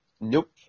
nope